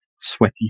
sweaty